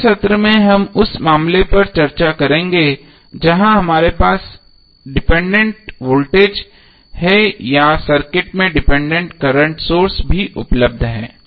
अगले सत्र में हम उस मामले पर चर्चा करेंगे जहां हमारे पास डिपेंडेंट वोल्टेज है या सर्किट में डिपेंडेंट करंट सोर्स भी उपलब्ध है